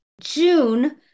June